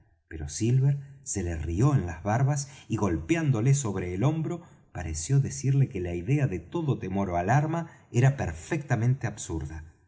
pero silver se le rió en las barbas y golpeándole sobre el hombro pareció decirle que la idea de todo temor ó alarma era perfectamente absurda